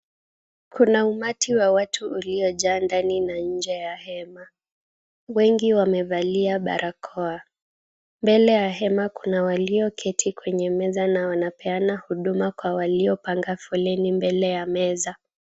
Kuna umati wa watu uliojaa ndani na nje ya hema. Wengi wamevalia barakoa. Mbele ya hema kuna walioketi kwenye meza na wanapeana huduma kwa waliopanga foleni mbele ya meza.